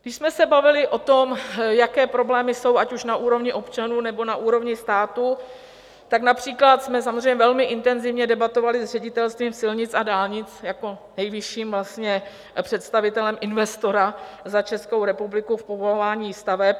Když jsme se bavili o tom, jaké problémy jsou, ať už na úrovni občanů, nebo na úrovni státu, tak například jsme samozřejmě velmi intenzivně debatovali s Ředitelstvím silnic a dálnic jako nejvyšším představitelem investora za Českou republiku v povolování staveb.